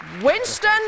Winston